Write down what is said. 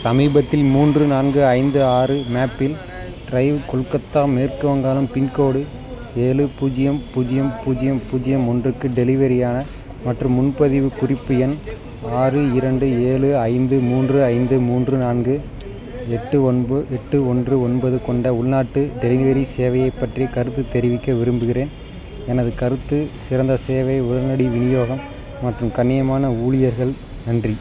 சமீபத்தில் மூன்று நான்கு ஐந்து ஆறு மேப்பில் ட்ரைவ் கொல்கத்தா மேற்கு வங்காளம் பின்கோடு ஏழு பூஜ்ஜியம் பூஜ்ஜியம் பூஜ்ஜியம் பூஜ்ஜியம் ஒன்றுக்கு டெலிவரியான மற்றும் முன்பதிவுக் குறிப்பு எண் ஆறு இரண்டு ஏழு ஐந்து மூன்று ஐந்து மூன்று நான்கு எட்டு ஒன்போ எட்டு ஒன்று ஒன்பது கொண்ட உள்நாட்டு டெலிவரி சேவையைப் பற்றி கருத்து தெரிவிக்க விரும்புகிறேன் எனது கருத்து சிறந்த சேவை உடனடி விநியோகம் மற்றும் கண்ணியமான ஊழியர்கள் நன்றி